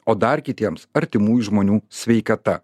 o dar kitiems artimų žmonių sveikata